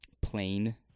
plain